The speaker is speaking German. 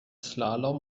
slalom